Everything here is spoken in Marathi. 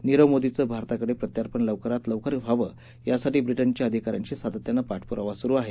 नीरव मोदीचं भारताकडे प्रत्यार्पण लवकरात लवकर व्हावं यासाठी ब्रिटनच्या अधिकाऱ्यांशी सातत्यानं पाठपुरावा सुरु आहे